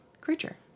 creature